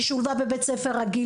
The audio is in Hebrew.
והיא שולבה בבית ספר רגיל,